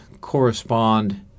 correspond